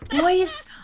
Boys